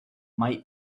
might